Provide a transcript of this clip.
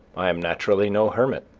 i am naturally no hermit,